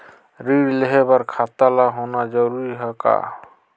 ऋण लेहे बर खाता होना जरूरी ह का?